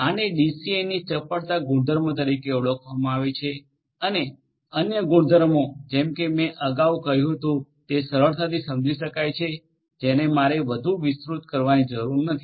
આને ડીસીએનની ચપળતા ગુણધર્મ તરીકે ઓળખવામાં આવે છે અને અન્ય ગુણધર્મો જેમ કે મેં કહ્યું હતું કે તે સરળતાથી સમજી શકાય જેને મારે વધુ વિસ્તૃત કરવાની જરૂર નથી